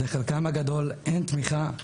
לחלקם הגדול אין תמיכה,